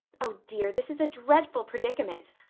oh dear, this is a dreadful predicament.